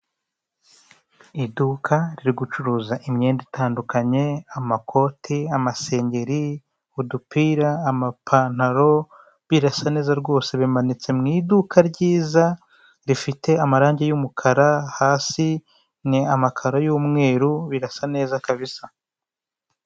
Iduka riri gucuruza imyenda itandukanye amakote, amasengeri, udupira, amapantaro birasa neza rwose, bimanitse mu iduka ryiza rifite amarange y'umukara hasi ni amakaro y'umweru birasa neza kabisa.